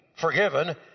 forgiven